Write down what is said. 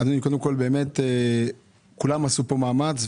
כולם עשו מאמץ,